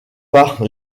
par